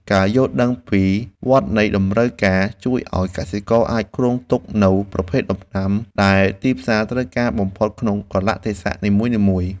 ការយល់ដឹងពីវដ្តនៃតម្រូវការជួយឱ្យកសិករអាចគ្រោងទុកនូវប្រភេទដំណាំដែលទីផ្សារត្រូវការបំផុតក្នុងកាលៈទេសៈនីមួយៗ។